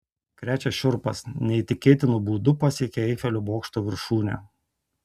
krečia šiurpas neįtikėtinu būdu pasiekė eifelio bokšto viršūnę